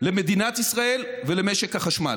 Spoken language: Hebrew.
למדינת ישראל ולמשק החשמל.